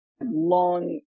long